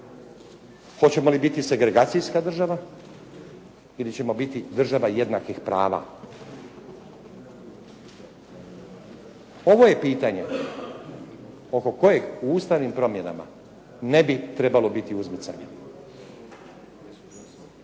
Hoćemo li biti segregacijska država ili ćemo biti država jednakih prava. Ovo je pitanje oko kojeg u ustavnim promjenama ne bi trebalo biti uzmicanja.